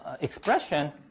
expression